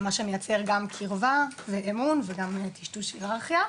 מה שמייצר גם קירבה ואמון וגם טשטוש היררכיה.